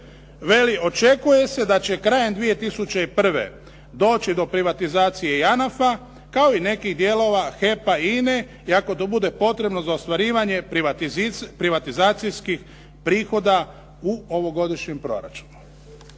veli "očekuje se da će krajem 2001. doći privatizacije JANAF-a kao i nekih dijelova HEP-a i INA-e i ako to bude potrebno za ostvarivanje privatizacijskih prihoda u ovogodišnjem proračunu".